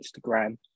Instagram